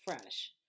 fresh